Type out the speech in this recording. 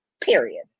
period